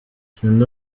sindi